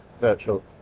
virtual